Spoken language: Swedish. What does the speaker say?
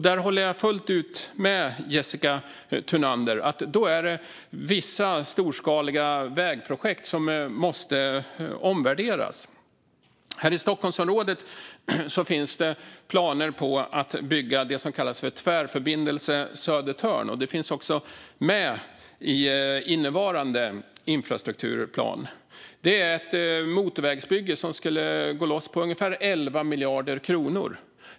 Där håller jag fullt ut med Jessica Thunander: Då är det vissa storskaliga vägprojekt som måste omvärderas. Här i Stockholmsområdet finns det planer på att bygga det som kallas Tvärförbindelse Södertörn, som också finns med i innevarande infrastrukturplan. Det är ett motorvägsbygge som skulle gå loss på ungefär 11 miljarder kronor.